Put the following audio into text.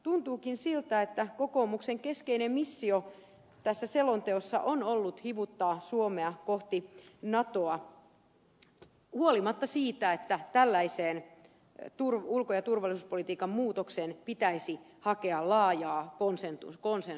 tuntuukin siltä että kokoomuksen keskeinen missio tässä selonteossa on ollut hivuttaa suomea kohti natoa huolimatta siitä että tällaiseen ulko ja turvallisuuspolitiikan muutokseen pitäisi hakea laajaa konsensusta